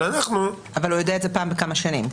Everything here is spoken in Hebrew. אבל הוא יודע את זה פעם בכמה שנים.